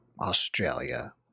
Australia